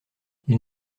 ils